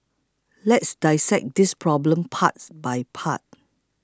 let's dissect this problem part by part